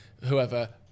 whoever